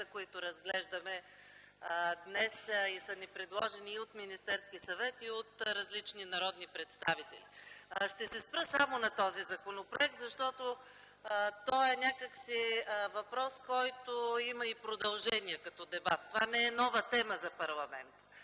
които разглеждаме днес – предложени от Министерския съвет и различни народни представители. Ще се спра само на този законопроект, защото той е въпрос, който има продължение като дебат. Това не е нова тема за парламента.